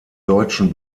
deutschen